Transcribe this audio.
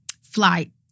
flight